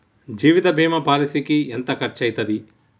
జీవిత బీమా పాలసీకి ఎంత ఖర్చయితది?